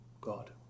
God